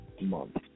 month